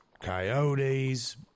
coyotes